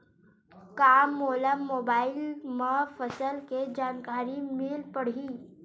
का मोला मोबाइल म फसल के जानकारी मिल पढ़ही?